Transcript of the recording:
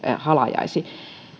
halajaisi